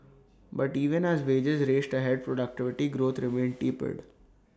but even as wages raced ahead productivity growth remained tepid